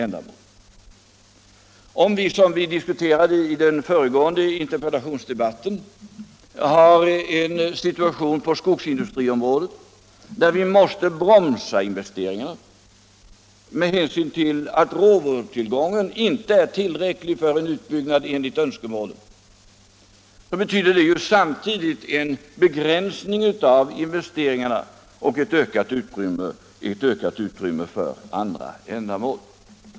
Och om vi, som vi diskuterade i den föregående interpellationsdebatten, har en situation på skogsindustriområdet där vi måste bromsa investeringarna med hänsyn till att skogstillgången inte är tillräcklig för en utbyggnad enligt önskemålen, betyder det ju samtidigt en begränsning av investeringarna och ett ökat utrymme för andra ändamål.